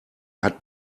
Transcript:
hat